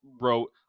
wrote